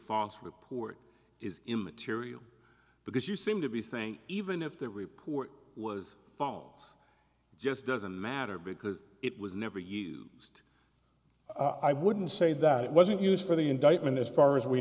false report is immaterial because you seem to be saying even if that report was found it's just doesn't matter because it was never used i wouldn't say that it wasn't used for the indictment as far as we